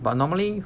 but normally